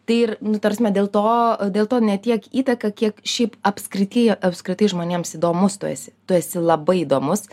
tai ir nu ta prasme dėl to dėl to ne tiek įtaką kiek šiaip apskrityje apskritai žmonėms įdomus tu esi tu esi labai įdomus